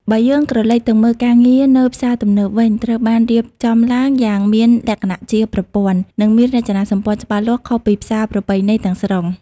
បើយើងក្រឡេកទៅមើល ការងារនៅផ្សារទំនើបវិញត្រូវបានរៀបចំឡើងយ៉ាងមានលក្ខណៈជាប្រព័ន្ធ និងមានរចនាសម្ព័ន្ធច្បាស់លាស់ ខុសពីផ្សារប្រពៃណីទាំងស្រុង។